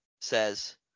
says